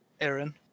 aaron